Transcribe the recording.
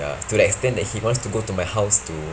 ya to the extent that he wants to go to my house to